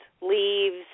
leaves